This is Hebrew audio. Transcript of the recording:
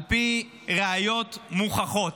על פי ראיות מוכחות,